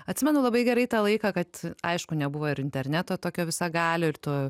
atsimenu labai gerai tą laiką kad aišku nebuvo ir interneto tokio visagalio ir tų